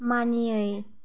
मानियै